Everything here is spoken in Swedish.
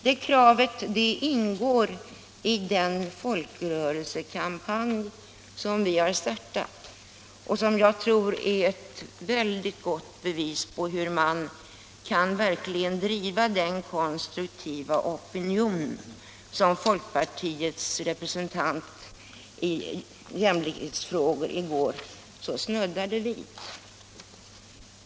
Det kravet ingår i den folkrörelsekampanj kring bostadsfrågorna som vi har startat och som jag tycker är ett väldigt gott bevis på hur man verkligen kan driva den konstruktiva opinion som folkpartiets företrädare i jämlikhetsfrågor i går snuddade vid.